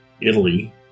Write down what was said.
Italy